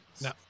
No